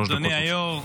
אדוני היו"ר,